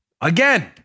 again